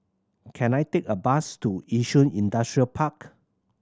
can I take a bus to Yishun Industrial Park